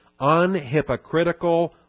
Unhypocritical